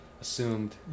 Assumed